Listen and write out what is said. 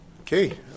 okay